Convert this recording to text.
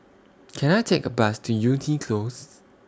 Can I Take A Bus to Yew Tee Close